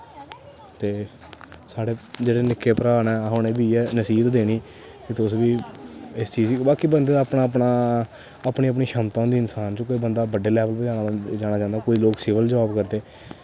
ते साढ़े जेह्ड़े निक्के भ्राऽ न अस उ'नें बी इ'यै नसीहत देनी कि तुस बी इस चीज गी बाकी बंदे दा अपना अपना अपनी अपनी क्षमता होंदी इंसान च कोई बंदा बड्डे लैवल पर जाना चांह्दा कोई लोक सिवल जाब करदे